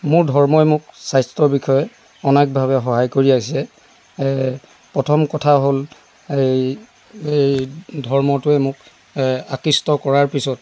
মোৰ ধৰ্মই মোক স্বাস্থ্য বিষয়ে অনেকভাৱে সহায় কৰি আহিছে পথম কথা হ'ল এই এই ধৰ্মটোৱে মোক আকৃষ্ট কৰাৰ পিছত